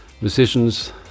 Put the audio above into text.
musicians